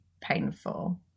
painful